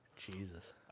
Jesus